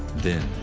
then,